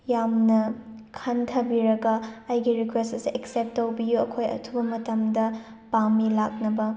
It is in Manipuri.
ꯌꯥꯝꯅ ꯈꯟꯊꯕꯤꯔꯒ ꯑꯩꯒꯤ ꯔꯤꯀ꯭ꯋꯦꯁ ꯑꯁꯦ ꯑꯦꯛꯁꯦꯞ ꯇꯧꯕꯤꯌꯨ ꯑꯩꯈꯣꯏ ꯑꯊꯨꯕ ꯃꯇꯝꯗ ꯄꯥꯝꯃꯤ ꯂꯥꯛꯅꯕ